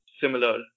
similar